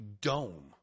dome